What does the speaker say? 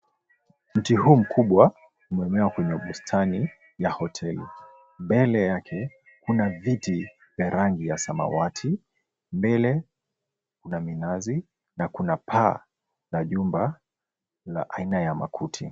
Mti huu mkubwa umemea kwenye bustani ya hoteli. Mbele yake kuna viti ya rangi ya samawati, mbele kuna minazi na kuna paa la nyumba la aina ya makuti.